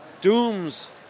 Doom's